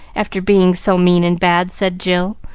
after being so mean and bad, said jill,